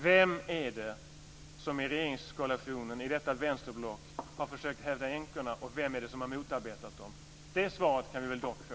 Vem är det som i regeringskoalitionen i detta vänsterblock har försökt hävda änkornas rätt och vem är det som har motarbetat dem? Det svaret kan vi väl dock få.